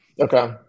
Okay